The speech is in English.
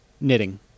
knitting